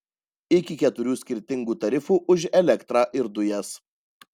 iki keturių skirtingų tarifų už elektrą ir dujas